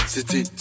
City